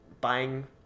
buying